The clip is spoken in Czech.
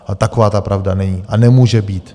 Ale taková ta pravda není a nemůže být.